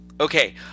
okay